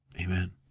amen